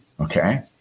okay